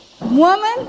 woman